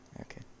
okay